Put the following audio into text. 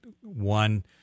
one